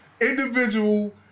individual